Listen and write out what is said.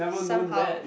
somehow